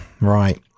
right